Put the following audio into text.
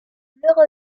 luego